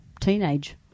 teenage